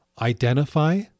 Identify